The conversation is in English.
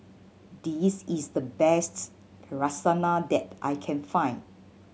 this is the bests Lasagna that I can find